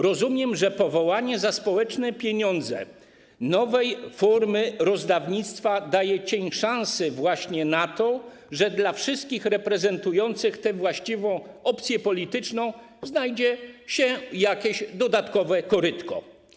Rozumiem, że powołanie za społeczne pieniądze nowej formy rozdawnictwa daje cień szansy właśnie na to, że dla wszystkich reprezentujących tę właściwą opcję polityczną znajdzie się jakieś dodatkowe korytko.